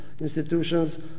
institutions